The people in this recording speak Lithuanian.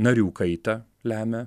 narių kaitą lemia